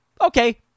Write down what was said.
Okay